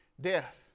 death